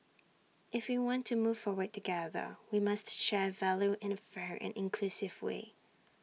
if we want to move forward together we must share value in A fair and inclusive way